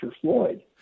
Floyd